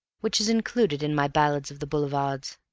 which is included in my ballads of the boulevards